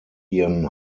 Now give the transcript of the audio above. ihren